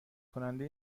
کنده